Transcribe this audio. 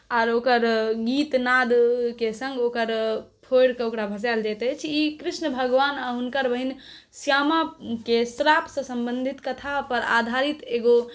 आर ओकर गीतनाद के संग ओकर फोड़ि कऽ ओकरा भसायल जायत अछि ई कृष्ण भगवान आ हुनकर बहिन श्यामाके श्रापसँ सम्बंधित कथा पर आधारित एगो